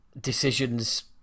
decisions